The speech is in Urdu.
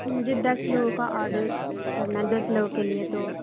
مجھے دس لوگوں کا آرڈر کرنا ہے دس لوگوں کے لیے تو